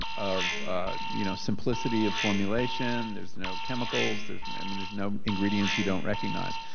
ah of you know simplicity of formulation, there's no chemicals. there's i mean there's no ingredients you don't recognize.